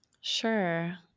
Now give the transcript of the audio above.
sure